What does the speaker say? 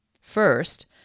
First